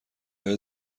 های